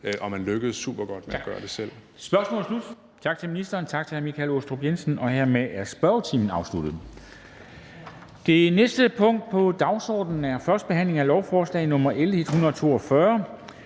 og man lykkes supergodt med at gøre det selv.